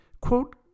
quote